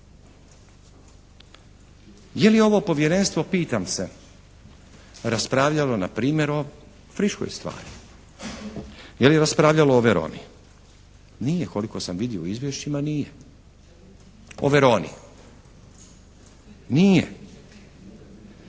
Je li ovo Povjerenstvo, pitam se, raspravljalo na primjer o friškoj stvari, je li raspravljalo o Veroni? Nije, koliko sam vidio u izvješćima, nije, o Veroni. Nije.